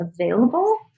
available